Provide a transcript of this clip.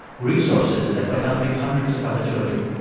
resources that were helping hundreds of other children.